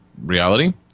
reality